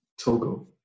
Togo